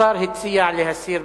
השר הציע להסיר,